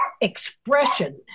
expression